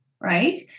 right